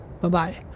Bye-bye